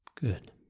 Good